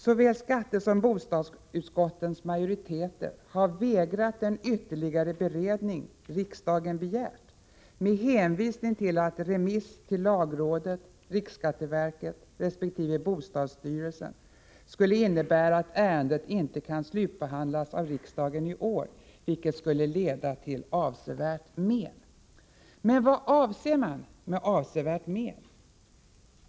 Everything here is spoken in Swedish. Såväl skattesom bostadsutskottens majoriteter har vägrat den ytterligare beredning riksdagen begärt med hänvisning till att remiss till lagrådet, riksskatteverket resp. bostadsstyrelsen skulle innebära att ärendet inte kan slutbehandlas av riksdagen i år, vilket skulle leda till avsevärt men. Men vad avser man med ”avsevärt men”?